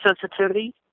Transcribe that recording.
sensitivity